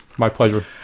my pleasure.